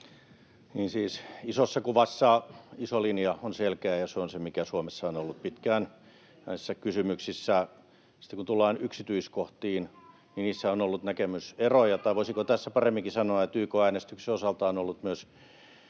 isossa kuvassa iso linja on selkeä, ja se on se, mikä Suomessa on ollut pitkään näissä kysymyksissä. Sitten kun tullaan yksityiskohtiin, niin niissä on ollut näkemyseroja — tai voisiko tässä paremminkin sanoa, että YK:n äänestyksen osalta on ollut myös